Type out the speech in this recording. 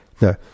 No